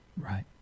Right